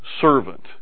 servant